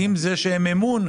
עם זה שהן משרות אמון,